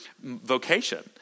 vocation